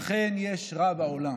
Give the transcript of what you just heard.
אכן, יש רע בעולם,